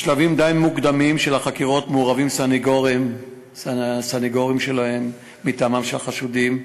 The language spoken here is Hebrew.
בשלבים די מוקדמים של החקירות מעורבים סנגורים מטעמם של החשודים,